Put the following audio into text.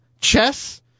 chess